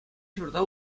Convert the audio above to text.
ҫурта